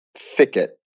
thicket